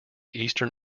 eastern